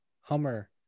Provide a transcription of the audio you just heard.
Hummer